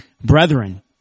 brethren